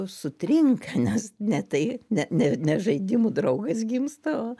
sutrinka nes ne tai ne ne žaidimų draugas gimsta